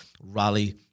rally